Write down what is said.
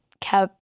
kept